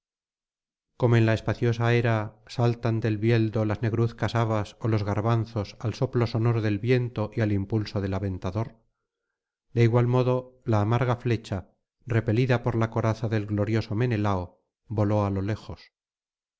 como en la espaciosa era saltan del bieldo las negruzcas habas ó los garbanzos al soplo sonoro del viento y al impulso del aventador de igual modo la amarga flecha repelida por la coraza del glorioso menelao voló alo lejos